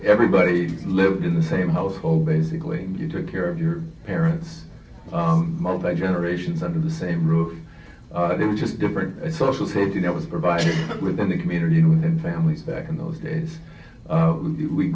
everybody's living in the same household basically you took care of your parents most of the generations under the same roof but it was just different social safety net was provided within the community and within families back in those days